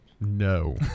no